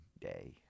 day